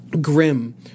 grim